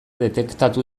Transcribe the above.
detektatu